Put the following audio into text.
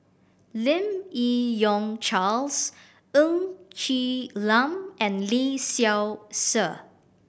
Lim Yi Yong Charles Ng Quee Lam and Lee Seow Ser